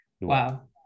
wow